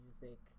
music